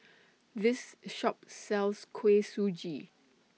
This Shop sells Kuih Suji